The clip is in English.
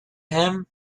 him